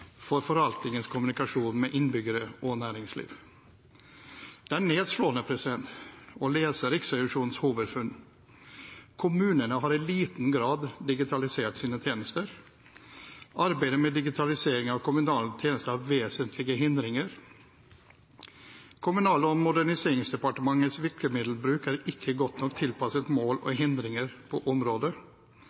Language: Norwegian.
for forvaltningens kommunikasjon med innbyggere og næringsliv. Det er nedslående å lese Riksrevisjonens hovedfunn. Kommunene har i liten grad digitalisert sine tjenester. Arbeidet med digitalisering av kommunale tjenester har vesentlige hindringer. Kommunal- og moderniseringsdepartementets virkemiddelbruk er ikke godt nok tilpasset mål og hindringer på området.